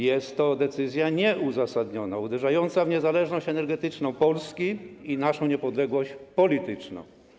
Jest to decyzja nieuzasadniona, uderzająca w niezależność energetyczną Polski i naszą niepodległość polityczną.